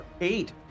eight